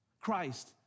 Christ